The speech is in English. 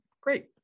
Great